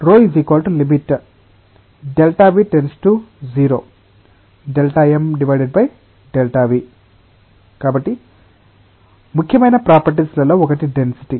𝜌 lim Δ𝑚 Δ𝑣 Δ𝑣→0 కాబట్టి ముఖ్యమైన properties లలో ఒకటి డెన్సిటీ